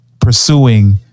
pursuing